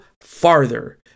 farther